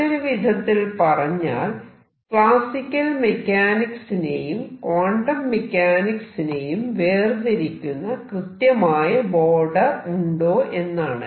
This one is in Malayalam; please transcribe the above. മറ്റൊരു വിധത്തിൽ പറഞ്ഞാൽ ക്ലാസിക്കൽ മെക്കാനിക്സിനേയും ക്വാണ്ടം മെക്കാനിക്സിനേയും വേർതിരിക്കുന്ന കൃത്യമായ ബോർഡർ ഉണ്ടോയെന്നാണ്